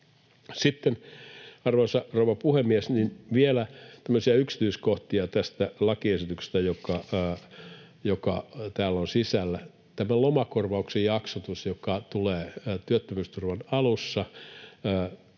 Sitten, arvoisa rouva puhemies, vielä tämmöisiä yksityiskohtia tästä lakiesityksestä, joka täällä on sisällä: Tämän lomakorvauksen jaksotusta, joka tulee työttömyysturvan alussa,